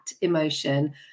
emotion